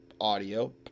audio